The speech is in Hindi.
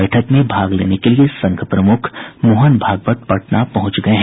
बैठक में भाग लेने के लिये संघ प्रमुख मोहन भागवत पटना पहुंच गये हैं